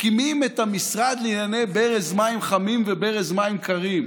מקימים את המשרד לענייני ברז מים חמים וברז מים קרים,